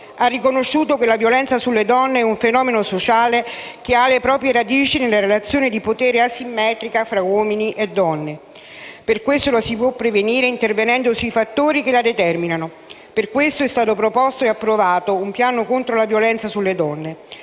Ha riconosciuto che la violenza sulle donne è un fenomeno sociale, che ha le proprie radici nella relazione di potere asimmetrica fra uomini e donne. Per questo la si può prevenire intervenendo sui fattori che la determinano. Per questo è stato proposto e approvato un piano contro la violenza sulle donne